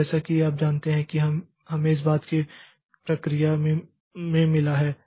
तो जैसा कि आप जानते हैं कि हमें इस बात की प्रक्रिया में मिला है